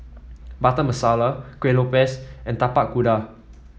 Butter Masala Kueh Lopes and Tapak Kuda